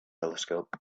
telescope